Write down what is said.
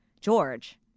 George